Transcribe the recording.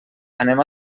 anem